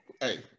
Hey